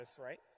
right